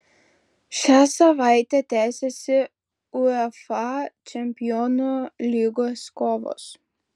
šią savaitę tęsiasi uefa čempionų lygos kovos